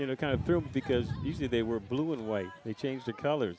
you know kind of through because you see they were blue and white they changed the color